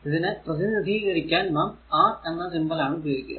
ഇതിനെ പ്രതിനിധീകരിക്കാൻ നാം R എന്ന സിംബൽ ആണ് ഉപയോഗിക്കുക